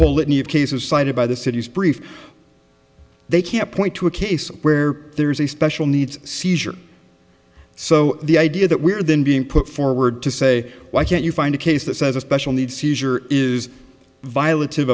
whole litany of cases cited by the city's brief they can't point to a case where there's a special needs seizure so the idea that we're then being put forward to say why can't you find a case that says a special needs seizure is viol